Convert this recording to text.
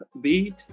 beat